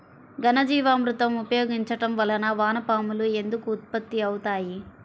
ఘనజీవామృతం ఉపయోగించటం వలన వాన పాములు ఎందుకు ఉత్పత్తి అవుతాయి?